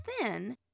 thin